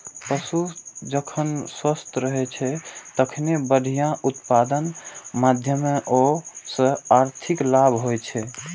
पशु जखन स्वस्थ रहै छै, तखने बढ़िया उत्पादनक माध्यमे ओइ सं आर्थिक लाभ होइ छै